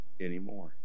anymore